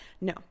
no